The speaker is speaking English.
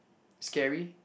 scary